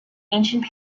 ancient